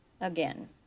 Again